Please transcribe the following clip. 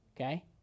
okay